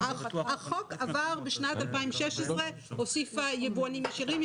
החוק עבר בשנת 2016 והוסיף יבואנים ישירים,